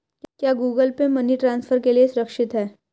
क्या Google Pay money transfer के लिए सुरक्षित है?